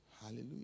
Hallelujah